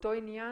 באותו עניין